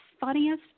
funniest